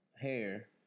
hair